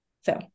So-